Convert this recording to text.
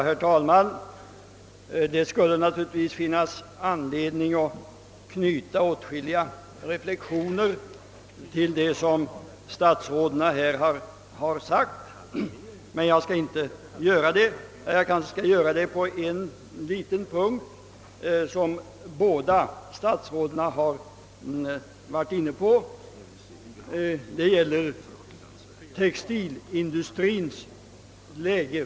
Herr talman! Det skulle finnas anledning att knyta åtskilliga reflexioner till det som statsråden här sagt, men jag skall inskränka mig till att göra det på en punkt som båda statsråden har varit inne på. Det gäller textilindustriens läge.